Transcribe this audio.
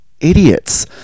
idiots